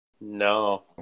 no